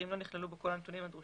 אם לא נכללו בו כל הנתונים הדרושים.